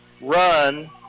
run